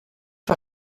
war